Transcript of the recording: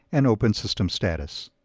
and open system status.